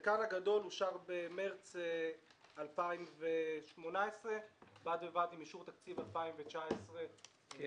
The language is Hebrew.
חלקן הגדול אושר במרץ 2018 בד בבד עם אישור תקציב 2019 בכנסת.